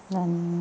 దాన్ని